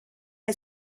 que